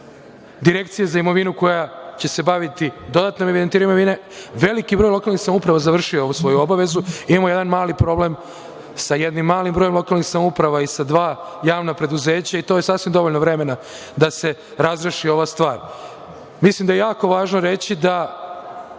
direkcije za imovinu koja će se baviti dodatnim evidentiranjem imovine. Veliki broj lokalnih samouprava je završio ovu svoju obavezu. Imamo jedan mali problem sa jednim malim brojem lokalnih samouprava i sa dva javna preduzeća, i to je sasvim dovoljno vremena da se razreši ova stvar. Mislim da je jako važno reći da